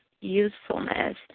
usefulness